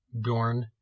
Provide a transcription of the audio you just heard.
Dorn